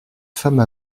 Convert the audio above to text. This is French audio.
femme